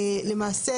למעשה,